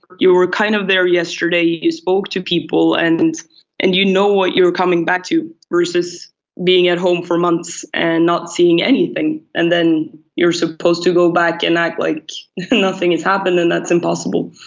you were kind of there yesterday, you spoke to people, and and you know what you are coming back to, verses being at home for months and not seeing anything, and then you are supposed to go back and act like nothing has happened and that's impossible.